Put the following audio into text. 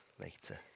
later